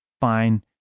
fine